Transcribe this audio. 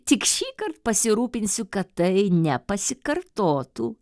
tik šįkart pasirūpinsiu kad tai nepasikartotų